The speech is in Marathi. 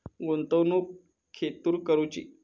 गुंतवणुक खेतुर करूची?